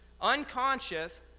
unconscious